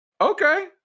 Okay